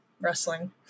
wrestling